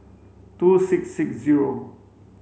two six six zero